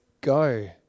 go